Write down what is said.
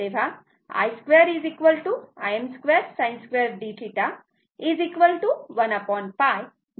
म्हणून हे Im sinθ असे येईल